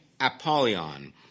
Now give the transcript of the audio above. Apollyon